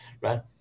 Right